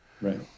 Right